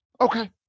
okay